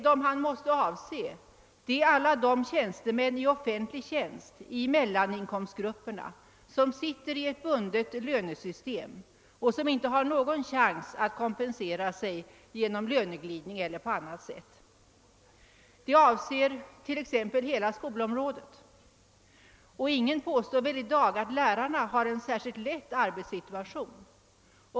Nej, vad han måste avse är alla befattningshavare i offentlig tjänst i mellaninkomstgrupperna som avlönas enligt ett bundet lönesystem och inte har någon chans att kompensera sig genom löneglidning eller på annat sätt. Detta gäller för t.ex. hela skolområdet. Ingen påstår väl i dag att lärarna har en särskilt lätt arbetssituation.